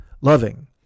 loving